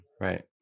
right